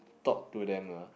talk to them lah